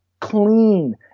clean